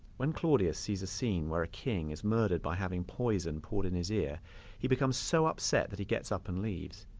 when claudius sees a scene where a king is murdered by having poison poured in his ear he becomes so upset that he gets up and leaves.